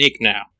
now